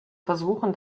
versuchen